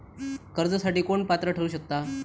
कर्जासाठी कोण पात्र ठरु शकता?